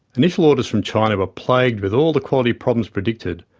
initial orders from china were plagued with all the quality problems predicted,